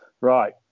Right